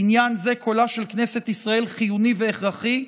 בעניין הזה קולה של כנסת ישראל חיוני והכרחי,